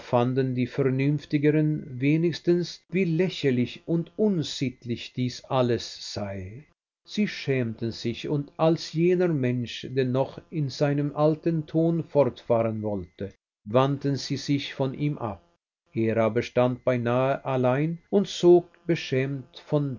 fanden die vernünftigeren wenigstens wie lächerlich und unsittlich dies alles sei sie schämten sich und als jener mensch dennoch in seinem alten ton fortfahren wollte wandten sie sich von ihm ab er aber stand beinahe allein und zog beschämt von